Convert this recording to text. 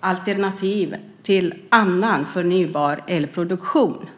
alternativ till annan förnybar elproduktion.